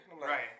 Right